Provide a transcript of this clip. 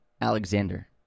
Alexander